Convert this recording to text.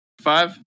Five